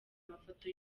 amafoto